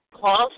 calls